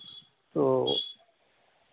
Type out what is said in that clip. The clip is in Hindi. तो